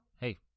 hey